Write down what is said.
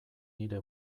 nire